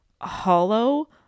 hollow